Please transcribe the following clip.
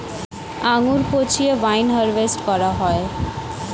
আঙ্গুর পচিয়ে wine harvest করা হয়